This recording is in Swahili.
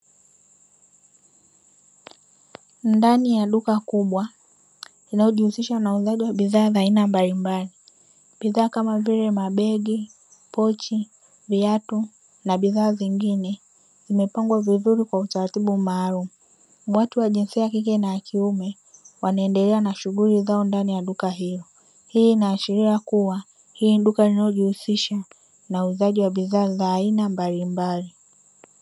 Ndani ya duka kubwa linalojihusisha na uuzaji wa bidhaa za aina mbalimbali. Bidhaa kama vile mabegi, pochi, viatu na bidhaa zingine zimepangwa vizuri kwa utaratibu maalum. Watu wa jinsia ya kike na ya kiume wanaendelea na shughuli zao ndani ya duka hilo. Hii inaashiria kuwa hili ni duka linalojihusisha na uuzaji wa bidhaa za aina mbalimbali.